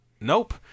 nope